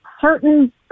certain